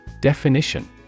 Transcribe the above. Definition